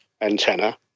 antenna